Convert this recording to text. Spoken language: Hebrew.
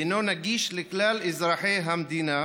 והינו נגיש לכלל אזרחי המדינה